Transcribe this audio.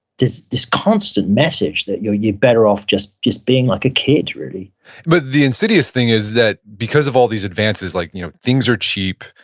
this this constant message that you're you're better off just just being like a kid, really but the insidious thing is that because of all these advances, like you know things are cheap.